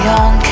on